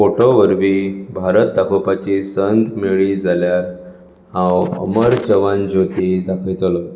photo वरवीं भारत दाखोवपाची संद मेळ्ळी जाल्यार हांव अमर जवान ज्योती दाखयतलों